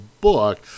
book